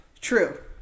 True